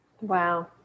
Wow